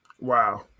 Wow